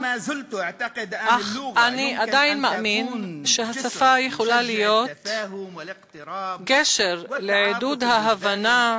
אך אני עדיין מאמין שהשפה יכולה להיות גשר לעידוד ההבנה,